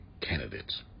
candidates